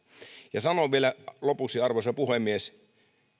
ja sanon vielä lopuksi arvoisa puhemies